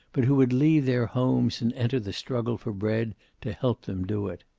but who would leave their homes and enter the struggle for bread, to help them do it.